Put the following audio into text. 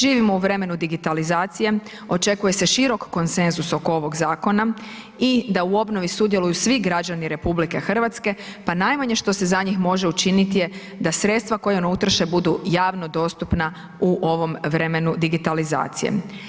Živimo u vremenu digitalizacije, očekuje se širok konsenzus oko ovog zakona i da u obnovi sudjeluju svi građani RH pa najmanje što se za njih može učiniti je da sredstva koja oni utroše budu javno dostupna u ovom vremenu digitalizacije.